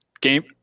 game